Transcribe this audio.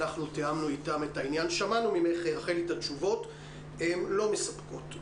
שמענו ממך את התשובות והן לא מספקות.